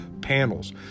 panels